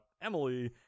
Emily